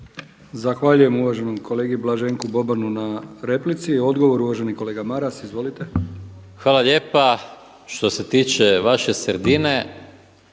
Zahvaljujem uvaženom kolegi Blaženku Bobanu na replici. Odgovor uvaženi kolega Maras. Izvolite. **Maras, Gordan (SDP)** Hvala lijepa. Što se tiče vaše sredine